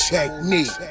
Technique